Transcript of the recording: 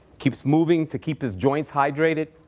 keeps moving to keep his joints hydrated,